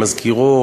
מזכירות,